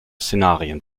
szenarien